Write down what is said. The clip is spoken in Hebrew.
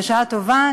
בשעה טובה,